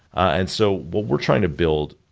and so what we're trying to build,